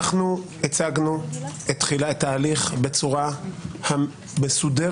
אנחנו הצגנו את תחילת ההליך בצורה המסודרת